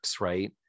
right